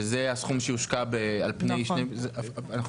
שזה הסכום שיושקע על פני --- אבל אנחנו